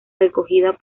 recogidas